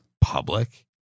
public